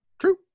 True